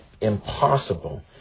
impossible